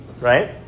right